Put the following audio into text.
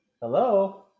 Hello